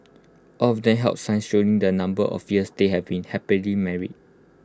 all of them held signs showing the number of years they had been happily married